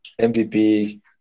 MVP